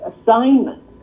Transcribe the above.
assignment